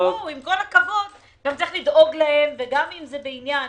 גם צריך לדאוג להם, וגם אם זה בעניין